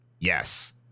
Yes